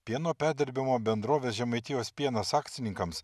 pieno perdirbimo bendrovės žemaitijos pienas akcininkams